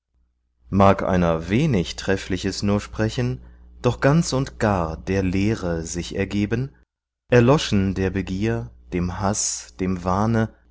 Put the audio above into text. mag einer wenig treffliches nur sprechen doch ganz und gar der lehre sich ergeben erloschen der begier dem haß dem wahne